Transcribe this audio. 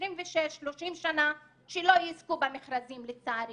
26, 30 שנה, שלא יזכו במכרזים לצערי